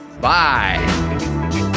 Bye